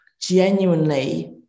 genuinely